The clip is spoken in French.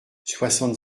soixante